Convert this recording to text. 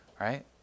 Right